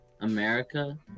America